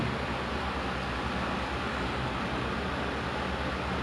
oh mister shafrin came along and save you